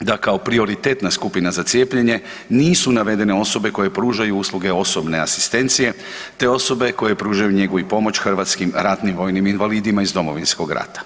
da kao prioritetna skupina za cijepljenje, nisu navedene osobe koje pružaju usluge osobne asistencije te osobe koje pružanju njegu i pomoć hrvatskim ratnim vojnim invalidima iz Domovinskog rata.